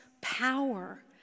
power